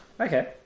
Okay